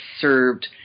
served